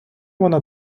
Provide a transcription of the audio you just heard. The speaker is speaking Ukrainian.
вона